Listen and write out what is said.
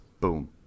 Boom